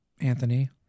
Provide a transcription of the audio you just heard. Anthony